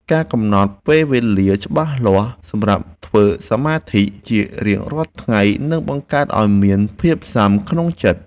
ការកំណត់ពេលវេលាច្បាស់លាស់សម្រាប់ធ្វើសមាធិជារៀងរាល់ថ្ងៃនឹងបង្កើតឱ្យមានភាពស៊ាំក្នុងចិត្ត។